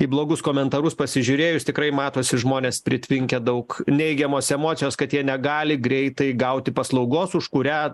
į blogus komentarus pasižiūrėjus tikrai matosi žmonės pritvinkę daug neigiamos emocijos kad jie negali greitai gauti paslaugos už kurią